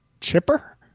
Chipper